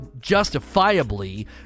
justifiably